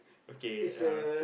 okay uh